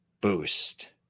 Boost